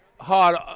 hard